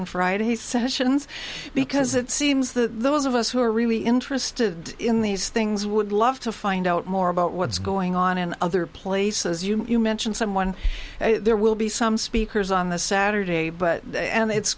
and friday sessions because it seems that those of us who are really interested in these things would love to find out more about what's going on in other places you mention someone there will be some speakers on this saturday but it's it's